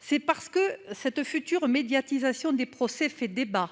C'est parce que cette future médiatisation des procès fait débat,